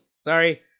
sorry